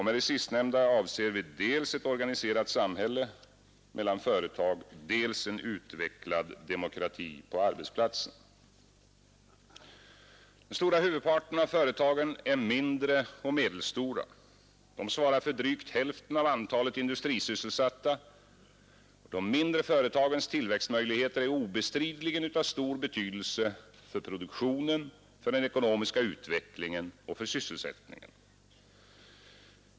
Med det sistnämnda avser vi dels ett organiserat samarbete mellan företag och samhälle, dels en utvecklad demokrati på arbetsplatsen. Den stora huvudparten av företagen är mindre och medelstora. De svarar för drygt hälften av antalet industrisysselsatta. De mindre företagens tillväxtmöjligheter är obestridligen av stor betydelse för produktionen, den ekonomiska utvecklingen och sysselsättningen.